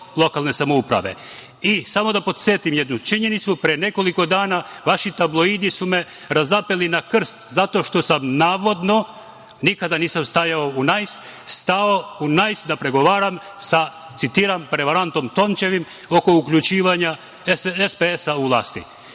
lokalne samouprave. Samo da podsetim na jednu činjenicu. Pre nekoliko dana vaši tabloidi su me razapeli na krst, zato što sam navodno, nikada nisam stao u „Nais“, stao u „Nais“ da pregovaram, citiram - prevarantom Tončevim oko uključivanja SPS u vlast.